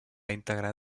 integrar